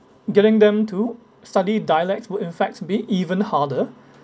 getting them to study dialects would in fact be even harder